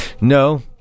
No